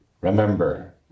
remember